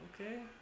Okay